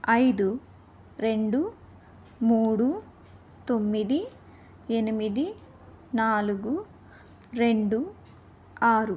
ఐదు రెండు మూడు తొమ్మిది ఎనిమిది నాలుగు రెండు ఆరు